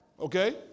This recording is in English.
Okay